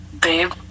babe